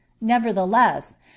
Nevertheless